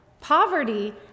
poverty